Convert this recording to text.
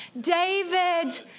David